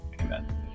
amen